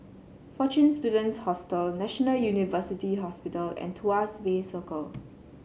Fortune Students Hostel National University Hospital and Tuas Bay Circle